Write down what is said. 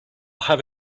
have